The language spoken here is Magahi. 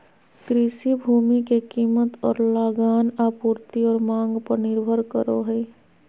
कृषि भूमि के कीमत और लगान आपूर्ति और मांग पर निर्भर करो हइ